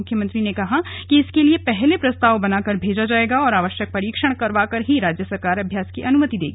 मुख्यमंत्री ने कहा है कि इसके लिए पहले प्रस्ताव बनाकर भेजा जाएगा और आवश्यक परीक्षण करवाकर ही राज्य सरकार अभ्यास की अनुमति देगी